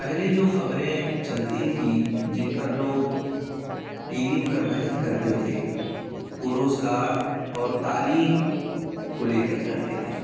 پہلے جو خبریں چلتی تھیں جن پر لوگ ٹی وی پر بحث کرتے تھے وہ روزگار اور تعلیم کو لے کر کرتے تھے